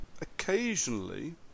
occasionally